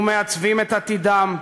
מעצבים את עתידם,